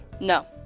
No